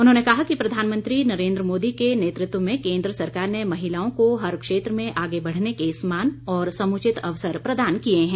उन्होंने कहा कि प्रधानमंत्री नरेन्द्र मोदी के नेतृत्व में केन्द्र सरकार ने महिलाओं को हर क्षेत्र में आगे बढ़ने के समान और समुचित अवसर प्रदान किए हैं